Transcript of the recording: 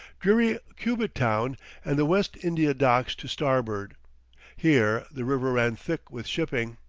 dreary cubitt town and the west india docks to starboard here the river ran thick with shipping.